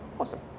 awesome.